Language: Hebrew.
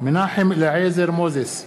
מנחם אליעזר מוזס,